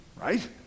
Right